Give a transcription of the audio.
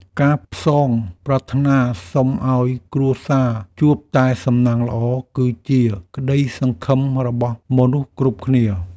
ការផ្សងប្រាថ្នាសុំឱ្យគ្រួសារជួបតែសំណាងល្អ គឺជាក្តីសង្ឃឹមរបស់មនុស្សគ្រប់គ្នា។